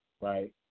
right